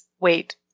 wait